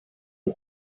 und